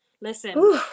Listen